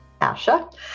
ASHA